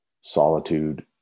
Solitude